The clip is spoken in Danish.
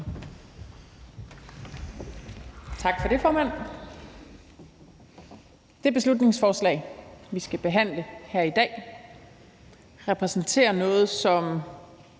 Tak for det, formand. Det beslutningsforslag, vi skal behandle her i dag, repræsenterer noget, som